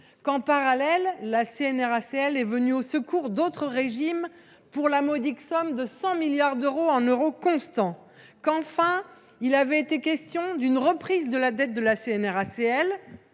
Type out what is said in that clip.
Celle ci est de surcroît venue au secours d’autres régimes pour la modique somme de 100 milliards d’euros en euros constants. Enfin, il avait été question d’une reprise de la dette de la CNRACL